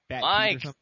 Mike